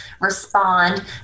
respond